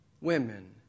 women